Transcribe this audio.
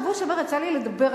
בשבוע שעבר יצא לי לדבר,